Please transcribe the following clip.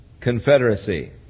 confederacy